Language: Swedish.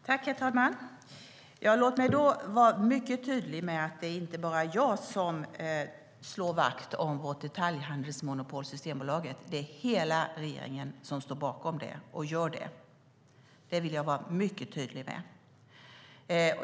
Herr talman! Låt mig vara tydlig med att det inte bara är jag som slår vakt om Systembolagets detaljhandelsmonopol. Hela regeringen står bakom det. Det vill jag vara mycket tydlig med.